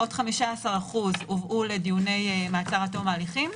עוד 15% הובאו לדיוני מעצר עד תום ההליכים,